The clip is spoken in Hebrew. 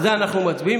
על זה אנחנו מצביעים,